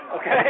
Okay